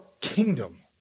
kingdom